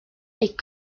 est